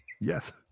Yes